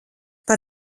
par